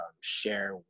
share